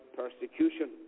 persecution